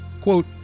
Quote